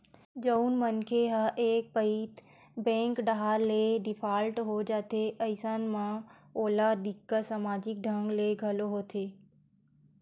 जउन मनखे ह एक पइत बेंक डाहर ले डिफाल्टर हो जाथे अइसन म ओला दिक्कत समाजिक ढंग ले घलो होथे